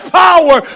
power